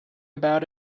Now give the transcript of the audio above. about